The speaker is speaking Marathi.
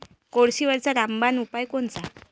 कोळशीवरचा रामबान उपाव कोनचा?